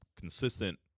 consistent